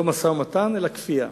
לא משא-ומתן אלא כפייה,